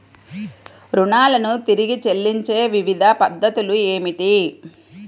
రుణాలను తిరిగి చెల్లించే వివిధ పద్ధతులు ఏమిటి?